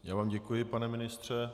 Já vám děkuji, pane ministře.